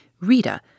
Rita